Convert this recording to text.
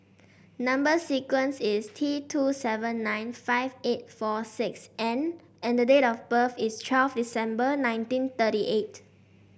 number sequence is T two seven nine five eight four six N and the date of birth is twelve December nineteen thirty eight